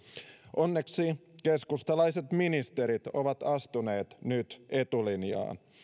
onneksi keskustalaiset ministerit ovat astuneet nyt etulinjaan